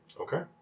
Okay